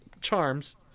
charms